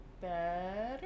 Better